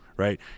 right